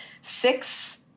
six